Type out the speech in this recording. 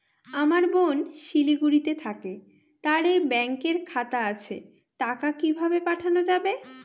আমার বোন শিলিগুড়িতে থাকে তার এই ব্যঙকের খাতা আছে টাকা কি ভাবে পাঠানো যাবে?